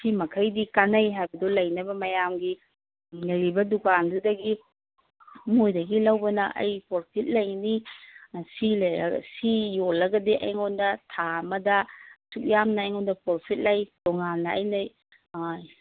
ꯁꯤ ꯃꯈꯩꯗꯤ ꯀꯥꯟꯅꯩ ꯍꯥꯏꯕꯗꯣ ꯂꯩꯅꯕ ꯃꯌꯥꯝꯒꯤ ꯂꯩꯔꯤꯕ ꯗꯨꯀꯥꯟꯗꯨꯗꯒꯤ ꯃꯣꯏꯗꯒꯤ ꯂꯧꯕꯅ ꯑꯩ ꯄ꯭ꯔꯣꯐꯤꯠ ꯂꯩꯅꯤ ꯁꯤ ꯁꯤ ꯌꯣꯜꯂꯒꯗꯤ ꯑꯩꯉꯣꯟꯗ ꯊꯥ ꯑꯃꯗ ꯑꯁꯨꯛꯌꯥꯝꯅ ꯑꯩꯉꯣꯟꯗ ꯄ꯭ꯔꯣꯐꯤꯠ ꯂꯩ ꯇꯣꯉꯥꯟꯅ ꯑꯩꯅ